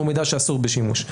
הוא מידע שאסור בשימוש.